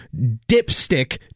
dipstick